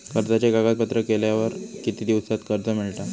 कर्जाचे कागदपत्र केल्यावर किती दिवसात कर्ज मिळता?